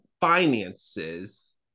finances